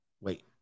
Wait